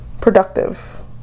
productive